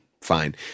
Fine